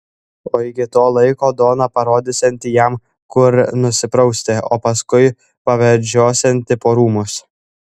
o iki to laiko dona parodysianti jam kur nusiprausti o paskui pavedžiosianti po rūmus